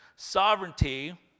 Sovereignty